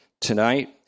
tonight